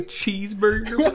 cheeseburger